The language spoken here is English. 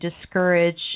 discourage